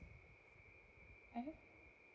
mmhmm